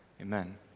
Amen